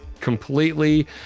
completely